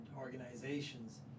organizations